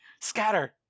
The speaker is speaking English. scatter